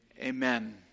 amen